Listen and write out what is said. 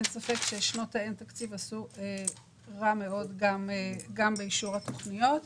אין ספק ששנות האין תקציב עשו רע מאוד גם לאישור התוכניות.